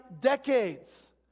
decades